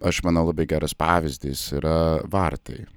aš manau labai geras pavyzdys yra vartai